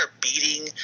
beating